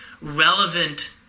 relevant